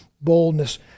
boldness